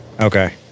Okay